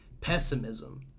pessimism